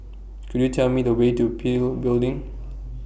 Could YOU Tell Me The Way to PIL Building